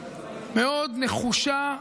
מאוד נחושה.